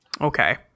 Okay